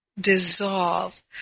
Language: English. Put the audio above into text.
dissolve